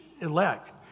elect